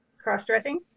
cross-dressing